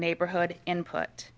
neighborhood input